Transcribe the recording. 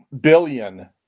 billion